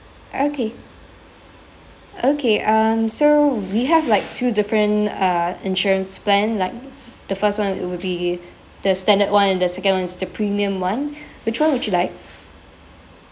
okay okay um so we have like two different uh insurance plan like the first one it would be the standard one and the second one is the premium one which one would you like